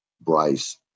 Bryce